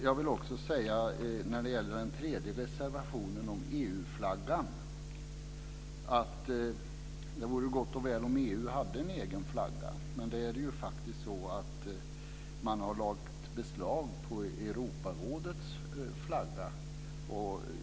Jag vill också när det gäller den tredje reservationen om EU-flaggan säga att det vore gott och väl om EU hade en egen flagga, men det är faktiskt så att man har lagt beslag på Europarådets flagga.